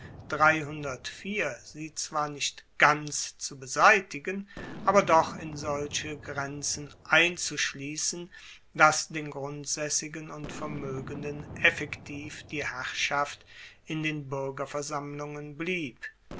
sie zwar nicht ganz zu beseitigen aber doch in solche grenzen einzuschliessen dass den grundsaessigen und vermoegenden effektiv die herrschaft in den buergerversammlungen blieb